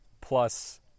plus